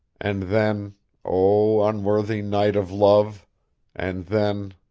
and then o unworthy knight of love and then,